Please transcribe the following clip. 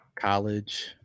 College